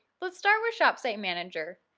let's start with shopsite manager.